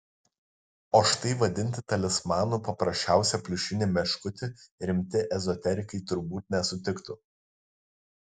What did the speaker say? o štai vadinti talismanu paprasčiausią pliušinį meškutį rimti ezoterikai turbūt nesutiktų